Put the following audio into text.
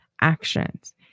actions